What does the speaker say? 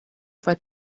for